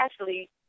Ashley